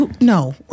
no